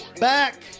back